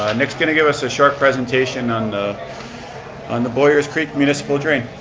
ah nick's going to give us a short presentation on the on the boyers creek municipal drain.